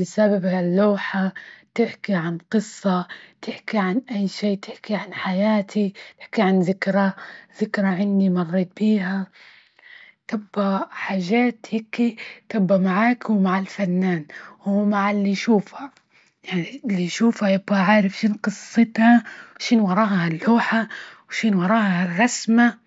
بسبب هاللوحة، تحكي عن قصة، تحكي عن أي شي تحكي عن حياتي، تحكي عن ذكرى- ذكرى إني مريتيها تبقى حاجات، هيكي تبقي، معاك ومع الفنان، ومع اللي يشوفها اللي يشوفها يبقى عارف شنو قصتها، شنو وراها هاللوحة، وشنو وراها هالرسمة.